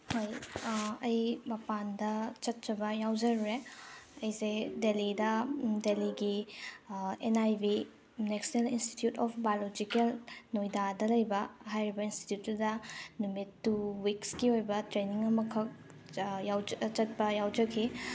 ꯍꯣꯏ ꯑꯩ ꯃꯄꯥꯟꯗ ꯆꯠꯆꯕ ꯌꯥꯎꯖꯔꯨꯔꯦ ꯑꯩꯁꯦ ꯗꯦꯜꯂꯤꯗ ꯗꯦꯜꯂꯤꯒꯤ N I B national institute of biological ꯅꯣꯏꯗꯥꯗ ꯂꯩꯕ ꯍꯥꯏꯔꯤꯕ ꯏꯟꯁꯇꯤꯇ꯭ꯌꯨꯠꯇꯨꯗ ꯅꯨꯃꯤꯠ ꯇꯨ ꯋꯤꯛꯁꯀꯤ ꯑꯣꯏꯕ ꯇ꯭ꯔꯦꯟꯅꯤꯡ ꯑꯃꯈꯛ ꯆꯠꯄ ꯌꯥꯎꯖꯈꯤ